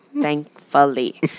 Thankfully